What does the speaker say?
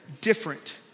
different